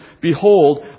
Behold